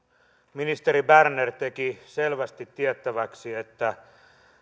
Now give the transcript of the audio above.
ministeri berner teki selvästi tiettäväksi että